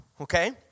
Okay